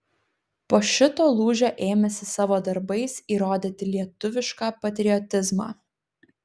po šito lūžio ėmėsi savo darbais įrodyti lietuvišką patriotizmą